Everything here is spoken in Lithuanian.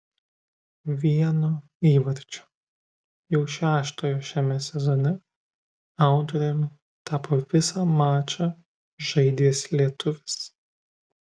vieno įvarčio jau šeštojo šiame sezone autoriumi tapo visą mačą žaidęs lietuvis